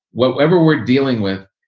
whatever we're dealing with,